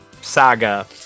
saga